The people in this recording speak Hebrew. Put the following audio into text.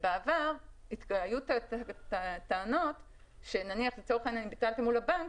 ובעבר היו טענות שאם נניח ביטלתי מול הבנק,